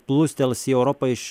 plūstels į europą iš